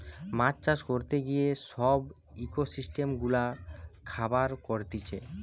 মাছ চাষ করতে গিয়ে সব ইকোসিস্টেম গুলা খারাব করতিছে